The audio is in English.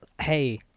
Hey